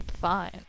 Fine